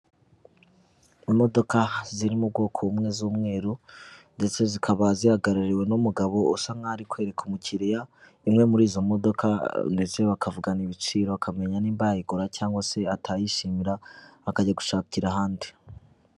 Imodoka ziri mu bwoko bumwe z'umweru ndetse zikaba zihagarariwe n'umugabo usa nk'aho ari kwereka umukiriya imwe muri izo modoka ndetse bakavugana ibiciro, akamenya nimba yayigura cyangwa se atayishimira bakajya gushakira ahandi.